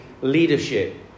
leadership